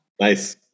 Nice